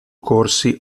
corsi